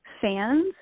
fans